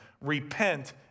Repent